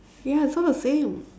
ya it's all the same